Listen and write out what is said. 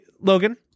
Logan